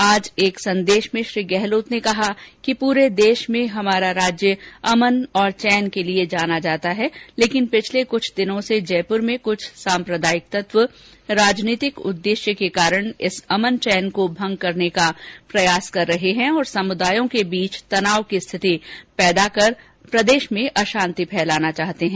आज एक संदेश में श्री गहलोत ने कहा कि पूरे देश में हमारा राज्य अमन और चैन के लिए जाना जाता है लेकिन पिछले कुछ दिनों से जयपुर में कुछ साम्प्रदायिक तत्व राजनीतिक उद्देश्य के कारण इस अमन चैन को भंग करने का निंदनीय प्रयास कर रहे है और समुदायों के बीच तनाव की स्थिति पैदा कर प्रदेश में अशांति फैलाना चाहते है